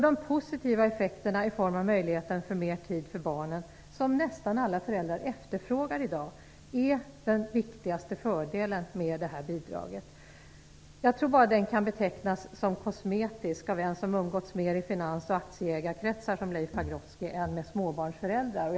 De positiva effekterna i form av möjligheter till mer tid för barnen, som nästan alla föräldrar efterfrågar i dag, är den viktigaste fördelen med bidraget. Jag tror att den kan betecknas som kosmetisk bara av någon som har umgåtts mer i finans och aktieägarkretsar än med småbarnsföräldrar, som Leif Pagrotsky har gjort.